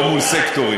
לא מול סקטורים.